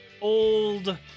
old